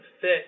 fit